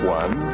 one